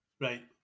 Right